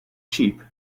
cheap